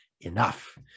enough